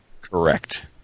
Correct